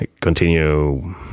continue